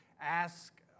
ask